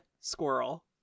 squirrel